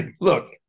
look